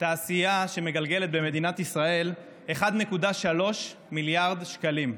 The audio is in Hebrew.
תעשייה שמגלגלת במדינת ישראל 1.3 מיליארד שקלים,